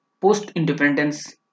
Post-independence